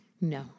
No